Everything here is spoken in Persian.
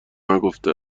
نگفته